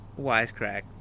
Wisecrack